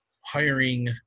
hiring